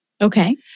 Okay